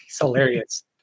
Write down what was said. hilarious